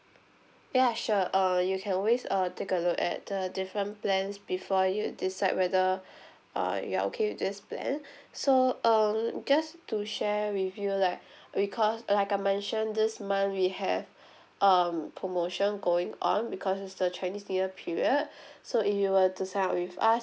ya sure uh you can always uh take a look at the different plans before you decide whether uh you are okay with this plan so um just to share with you like because like I mentioned this month we have um promotion going on because it's the chinese new year period so if you were to sign up with us